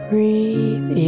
Breathe